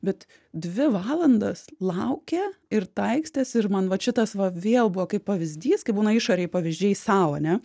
bet dvi valandas laukė ir taikstėsi ir man vat šitas va vėl buvo kaip pavyzdys kai būna išorėj pavyzdžiai sau ane